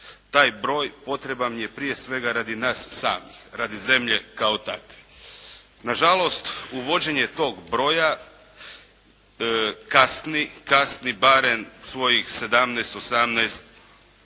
Taj broj potreban je prije svega radi nas samih, radi zemlje kao takve. Nažalost, uvođenje tog broja kasni, kasni barem svojih 17, 18, 16 godina.